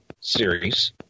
series